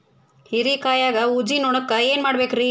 ಹೇರಿಕಾಯಾಗ ಊಜಿ ನೋಣಕ್ಕ ಏನ್ ಮಾಡಬೇಕ್ರೇ?